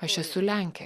aš esu lenkė